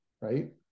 right